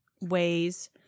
ways